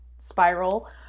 spiral